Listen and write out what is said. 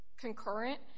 concurrent